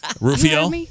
Rufio